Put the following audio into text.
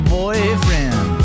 boyfriend